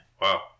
Wow